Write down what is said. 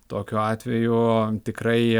tokiu atveju tikrai